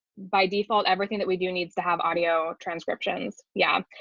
by default, everything that we do needs to have audio transcriptions. yeah.